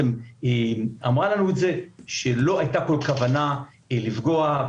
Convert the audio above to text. אמרה לנו שלא היתה כל כוונה לפגוע,